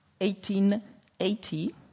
1880